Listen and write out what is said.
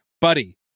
buddy